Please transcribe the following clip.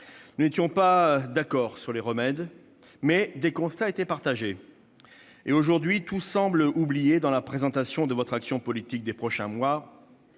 Nous n'étions pas d'accord sur les remèdes, mais des constats étaient partagés. Aujourd'hui, tout cela semble oublié dans la présentation de votre action politique des prochains mois